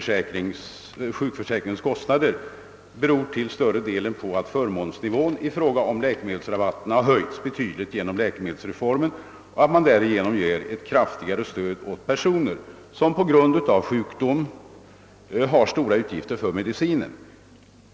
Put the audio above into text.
Stegringen av sjukförsäkringenskostnader beror till större delen på att förmånsnivån för läkemedelsrabatterna höjts betydligt genom <läkemedelsreformen och på att man därigenom ger ett kraftigare stöd åt personer som på grund av sjukdom har stora utgifter för mediein.